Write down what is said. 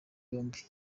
yombi